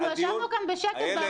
אנחנו ישבנו כאן בשקט.